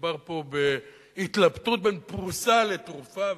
מדובר פה בהתלבטות בין פרוסה לתרופה,